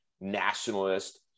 nationalist